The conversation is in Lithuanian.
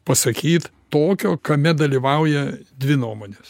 pasakyt tokio kame dalyvauja dvi nuomonės